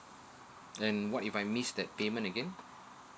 then what if I miss that payment again